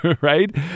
right